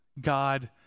God